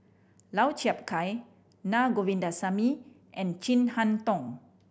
Lau Chiap Khai Na Govindasamy and Chin Harn Tong